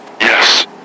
Yes